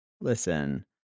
listen